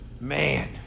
man